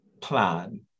plan